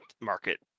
market